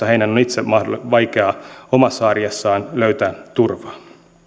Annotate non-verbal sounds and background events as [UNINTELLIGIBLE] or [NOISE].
[UNINTELLIGIBLE] heidän on itse vaikeaa omassa arjessaan löytää turvaa